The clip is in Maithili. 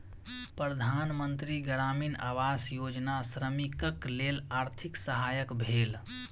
प्रधान मंत्री ग्रामीण आवास योजना श्रमिकक लेल आर्थिक सहायक भेल